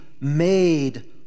made